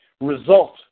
result